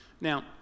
Now